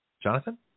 Jonathan